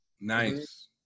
Nice